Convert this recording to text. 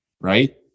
right